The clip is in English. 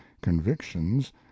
convictions